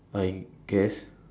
I guess